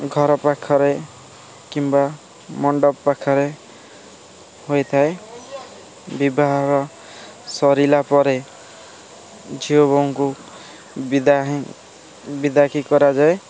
ଘର ପାଖରେ କିମ୍ବା ମଣ୍ଡପ ପାଖରେ ହୋଇଥାଏ ବିବାହ ସରିଲା ପରେ ଝିଅ ବୋହୂଙ୍କୁ ବିଦା ହିଁ ବିଦାକି କରାଯାଏ